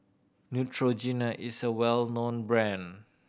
Neutrogena is a well known brand